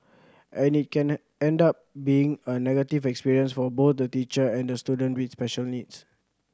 and it can end end up being a negative experience for both the teacher and the student with special needs